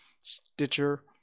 Stitcher